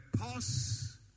pause